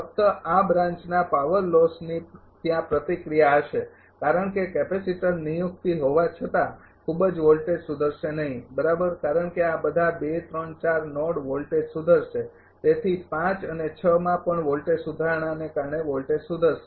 ફક્ત આ બ્રાન્ચના પાવર લોસની ત્યાંપ્રતિક્રિયા હશે કારણકે કેપેસિટર નિયુક્તિ હોવા છતાં ખૂબ જ વોલ્ટેજ સુધરશે નહીં બરાબર કારણ કે આ બધા ૨ ૩ ૪ નોડ વોલ્ટેજ સુધરશે તેથી ૫ અને ૬માં પણ વોલ્ટેજ સુધારણાને કારણે વોલ્ટેજ સુધરશે